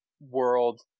world